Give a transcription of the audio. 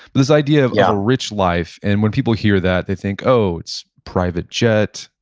but this idea of yeah a rich life and when people hear that they think, oh, it's private jet,